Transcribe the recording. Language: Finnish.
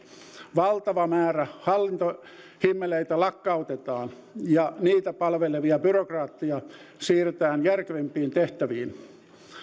valtava määrä hallintohimmeleitä lakkaute taan ja niitä palvelevia byrokraatteja siirretään järkevämpiin tehtäviin